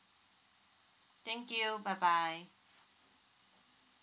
thank you bye bye